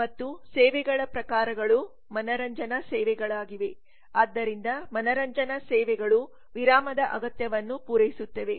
ಮತ್ತು ಸೇವೆಗಳ ಪ್ರಕಾರಗಳು ಮನರಂಜನಾ ಸೇವೆಗಳಾಗಿವೆ ಆದ್ದರಿಂದ ಮನರಂಜನಾ ಸೇವೆಗಳು ವಿರಾಮದ ಅಗತ್ಯವನ್ನು ಪೂರೈಸುತ್ತವೆ